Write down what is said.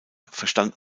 verstand